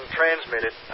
transmitted